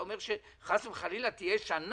אם אתה אומר שחס וחלילה תהיה שנה,